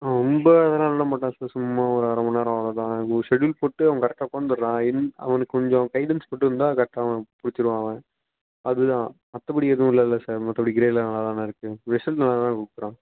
ரொம்ப இதெல்லாம் எழுத மாட்டான் சார் சும்மா ஒரு அரை மணிநேரம் அவ்வளோதான் ஒரு செட்யூல் போட்டு அவன் கரெட்டாக உட்காந்துட்றான் என்ன அவனுக்கு கொஞ்சம் கைட்லைன்ஸ் கொடுத்துருந்தா கரெட்டாக அவன் புடிச்சிடுவான் அவன் அதுதான் மற்றபடி ஏதும் இல்லைல்ல சார் மற்றபடி க்ரேடெலாம் நல்லாதானே இருக்குது ரிசல்ட் நல்லாதானே கொடுக்குறான்